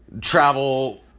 travel